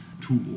tool